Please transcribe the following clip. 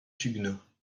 suguenot